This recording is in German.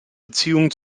beziehungen